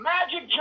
Magic